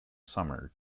summer